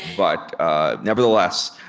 but nevertheless,